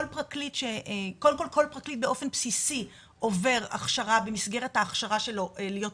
כל פרקליט באופן בסיסי עובר הכשרה במסגרת ההכשרה שלו להיות פרקליט.